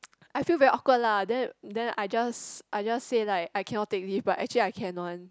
I feel very awkward lah then then I just I just say like I cannot take leave but actually I can one